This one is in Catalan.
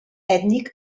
ètnic